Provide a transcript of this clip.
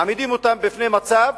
מעמידים אותם בפני מצב: